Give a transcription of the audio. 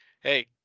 Hey